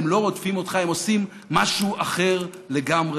הם לא רודפים אותך, הם עושים משהו אחר לגמרי,